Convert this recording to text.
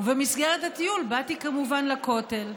ובמסגרתו באתי כמובן לכותל.